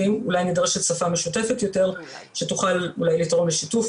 ואולי נדרשת שפה משותפת יותר שתוכל אולי לתרום לשיתוף,